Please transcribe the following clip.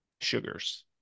sugars